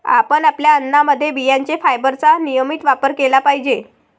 आपण आपल्या अन्नामध्ये बियांचे फायबरचा नियमित वापर केला पाहिजे